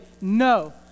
no